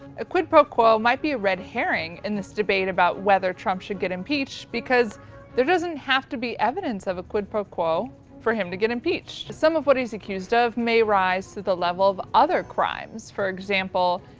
a quid pro quo might be a red herring in this debate about whether trump should get impeached because there doesn't have to be evidence of a quid pro quo for him to get impeached. some of what he's accused of may rise to the level of other crimes. for example,